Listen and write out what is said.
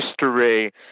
History